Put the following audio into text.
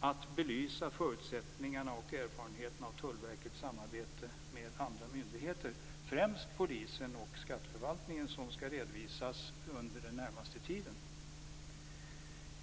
att belysa förutsättningarna och erfarenheterna av Tullverkets samarbete med andra myndigheter. Det gäller främst polisen och skatteförvaltningen och skall redovisas den närmaste tiden.